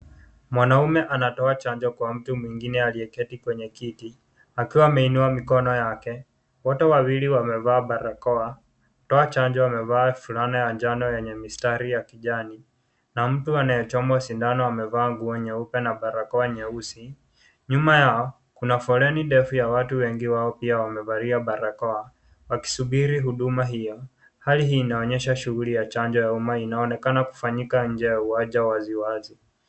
Mwanaume anatoa chanjo kwa mtu mwingine aliyejeti kwenye kiti, akiwa ameinua mkono yake, wote wawili wamevaa barakoa, toa chanjo amevaa fulana ya njano yenye mistari ya kijani, na mtu anaye chomwa sindano amevaa nguo nyeupe na barakoa nyeusi, nyuma yao kuna foreni ndefu ya watu wengi ambao pia wamevalia barakoa, wakisubiri huduma hio, hali hii inaonyesha shuguli ya chanjo ya uma inayo onekana kufanyika nje ya uwanja wazi wazi.